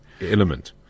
element